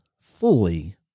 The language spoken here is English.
fully